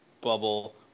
bubble